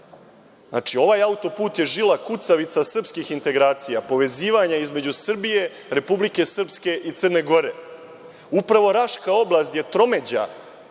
ovaj autoput je žila kucavica srpskih integracija, povezivanja između Srbije, Republike Srpske i Crne Gore. Upravo Raška oblast je tromeđa,